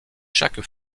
chaque